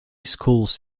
schools